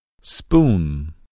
Spoon